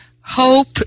Hope